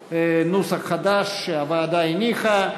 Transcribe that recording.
(5), נוסח חדש, שהוועדה הניחה.